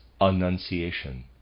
annunciation